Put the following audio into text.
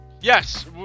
Yes